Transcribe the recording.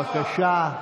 בבקשה,